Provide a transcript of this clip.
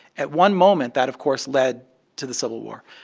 at one moment, that, of course, led to the civil war.